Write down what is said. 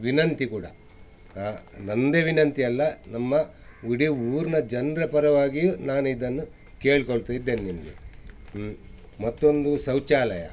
ವಿನಂತಿ ಕೂಡ ನಂದೇ ವಿನಂತಿಯಲ್ಲ ನಮ್ಮ ಇಡೀ ಊರನ್ನ ಜನರ ಪರವಾಗಿಯೂ ನಾನಿದನ್ನು ಕೇಳ್ಕೊಳ್ತಿದ್ದೇನೆ ನಿಮಗೆ ಮತ್ತೊಂದು ಶೌಚಾಲಯ